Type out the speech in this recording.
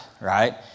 right